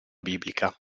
biblica